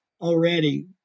Already